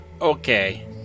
okay